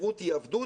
חירות היא עבדות,